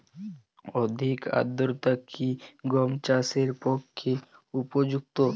অধিক আর্দ্রতা কি গম চাষের পক্ষে উপযুক্ত?